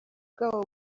bwabo